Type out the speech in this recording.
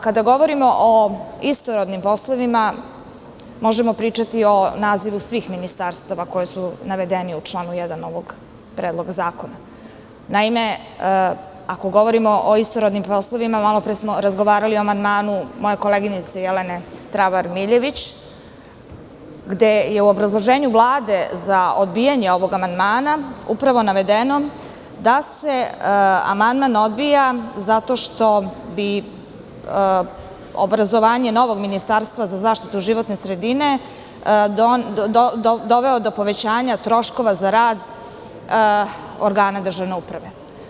Kada govorimo o istorodnim poslovima, možemo pričati o nazivu svih ministarstava koji su navedeni u članu 1. ovog predloga zakona, naime, ako govorimo o istorodnim poslovima, malopre smo razgovarali o amandmanu moje koleginice Jelene Travar Miljević gde je u obrazloženju Vlade za odbijanje ovog amandmana upravo navedeno da se amandman odbija zato što bi obrazovanje novog ministarstva za zaštitu životne sredine doveo do povećanja troškova za rad organa državne uprave.